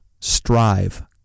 Strive